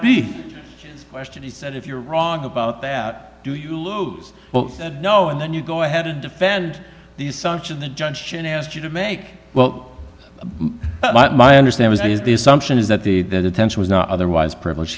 the question he said if you're wrong about that do you lose well no and then you go ahead and defend these such of the judge and ask you to make well my understanding is the assumption is that the that attention was not otherwise privilege